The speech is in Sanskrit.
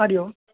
हरिः ओम्